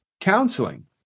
counseling